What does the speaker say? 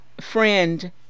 friend